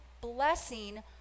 blessing